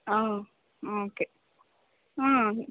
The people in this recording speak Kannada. ಹಾಂ ಓಕೆ ಹಾಂ